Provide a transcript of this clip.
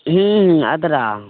हुँ आद्रा